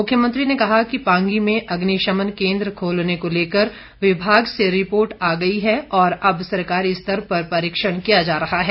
मुख्यमंत्री ने कहा कि पांगी में अग्निशमन केंद्र खोलने को लेकर विभाग से रिपोर्ट आ गई है और अब सरकारी स्तर पर परीक्षण किया जा रहा है